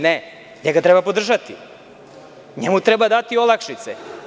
Ne, njega treba podržati, njemu treba dati olakšice.